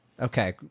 Okay